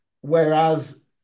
Whereas